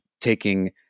taking